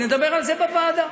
נדבר על זה בוועדה.